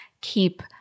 keep